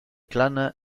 clan